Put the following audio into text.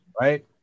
Right